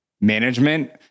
management